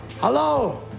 hello